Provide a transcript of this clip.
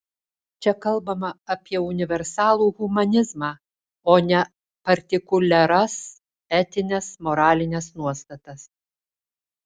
čia kalbama apie universalų humanizmą o ne partikuliaras etines moralines nuostatas